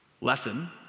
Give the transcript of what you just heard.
lesson